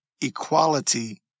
equality